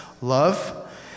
love